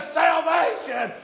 salvation